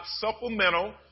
supplemental